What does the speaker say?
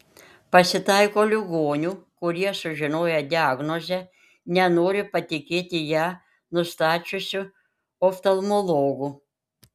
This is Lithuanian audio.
pasitaiko ligonių kurie sužinoję diagnozę nenori patikėti ją nustačiusiu oftalmologu